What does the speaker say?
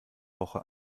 woche